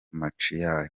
montreal